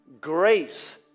grace